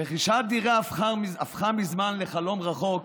רכישת דירה הפכה מזמן לחלום רחוק